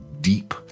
deep